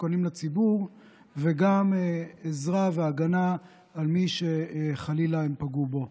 מסוכנים לציבור וגם עזרה והגנה על מי שהם פגעו בו,